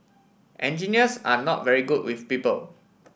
engineers are not very good with people